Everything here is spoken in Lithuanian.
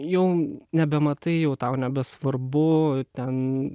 jau nebematai jau tau nebesvarbu ten